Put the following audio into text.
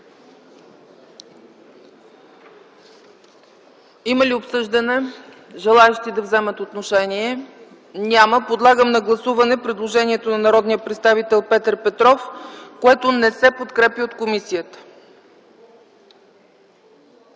Има ли желаещи да вземат отношение? Няма. Подлагам на гласуване предложението на народния представител Петър Петров, което не се подкрепя от комисията.